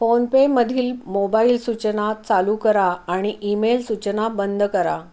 फोनपेमधील mobile सूचना चालू करा आणि ईमेल सूचना बंद करा